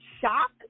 shock